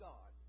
God